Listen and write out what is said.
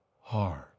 hard